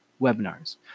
webinars